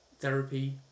therapy